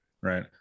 right